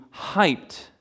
hyped